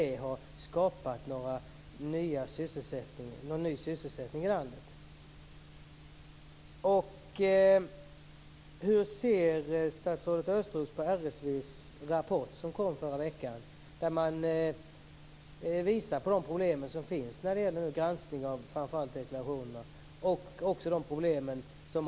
har skapat ny sysselsättning i landet? Hur ser statsrådet Östros på RSV:s rapport som kom förra veckan, där problemen i granskningen av deklarationer framgår?